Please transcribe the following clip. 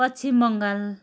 Paschim Bengal